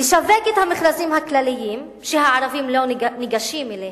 לשווק את המכרזים הכלליים שהערבים לא ניגשים אליהם.